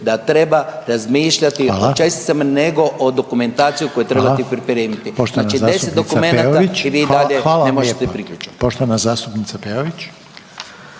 da treba razmišljati o česticama nego o dokumentaciji koju trebate pripremiti, znači 10 dokumenata i vi i dalje ne možete priključak.